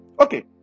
Okay